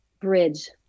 bridge